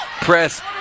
press